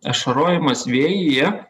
ašarojimas vėjyje